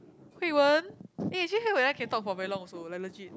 Hui-Wen eh actually Hui-Wen can talk for very long also like legit